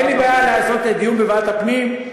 אין לי בעיה לקיים דיון בוועדת הפנים,